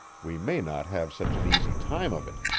we may not have such an easy time of it.